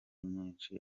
nyinshi